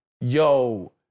yo